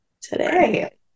today